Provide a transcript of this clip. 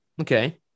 Okay